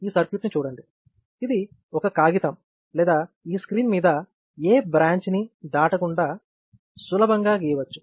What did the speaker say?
ఈ సర్క్యూట్ ను చూడండి ఇది ఒక కాగితం లేదా ఈ స్క్రీన్ మీద ఏ బ్రాంచ్ ని దాటకుండా సులభంగా గీయవచ్చు